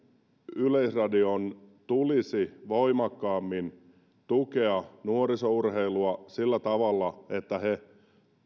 yleisradion tulisi voimakkaammin tukea nuorisourheilua sillä tavalla että he